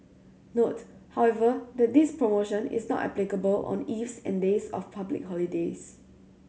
note however that this promotion is not applicable on eves and days of public holidays